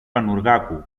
πανουργάκου